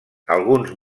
alguns